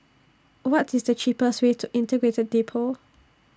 What IS The cheapest Way to Integrated Depot